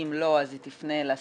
ואם לא, אז היא תפנה לשרים: